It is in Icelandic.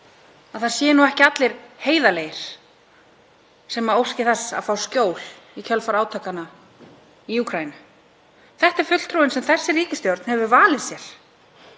að það séu nú ekki allir heiðarlegir sem óski þess að fá skjól í kjölfar átakanna í Úkraínu. Þetta er fulltrúinn sem þessi ríkisstjórn hefur valið sér